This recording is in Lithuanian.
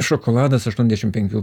šokoladas aštuondešimt penkių